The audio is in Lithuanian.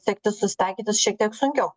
tekti susitaikyti su šiek tiek sunkiau